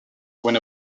when